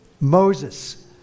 Moses